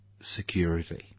security